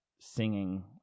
singing